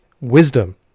wisdom